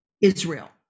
Israel